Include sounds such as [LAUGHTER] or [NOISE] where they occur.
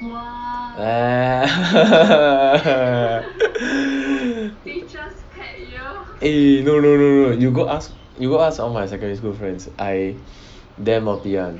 uh [LAUGHS] eh no no no no you go ask you go ask all my secondary school friends I damn naughty [one]